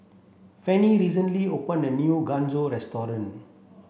Fanny recently opened a new Gyoza restaurant